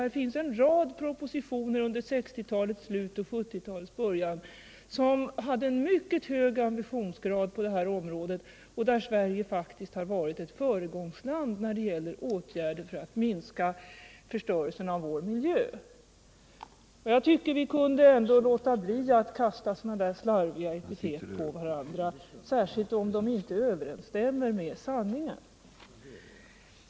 Det finns en rad propositioner från 1960-talets slut och 1970 talets början som hade mycket hög ambitionsgrad på det här området. Sverige har faktiskt varit ett föregångsland när det gäller åtgärder för att minska förstörelsen av vår miljö. Jag tycker att vi ändå kunde låta bli att kasta sådana där slarviga epitet på varandra, särskilt om de inte överensstämmer med sanningen.